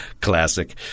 classic